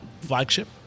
Flagship